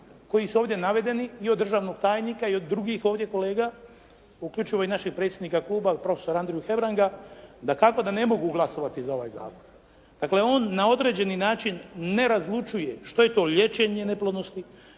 koji su ovdje navedeni i od državnog tajnika i od drugih ovdje kolega uključivo i našeg predsjednika kluba profesora Andriju Hebranga dakako da ne mogu glasovati za ovaj zakon. Dakle on na određeni način ne razlučuje što je to liječenje neplodnosti,